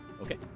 Okay